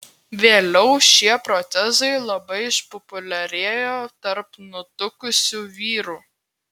vėliau šie protezai labai išpopuliarėjo tarp nutukusių vyrų